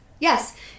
yes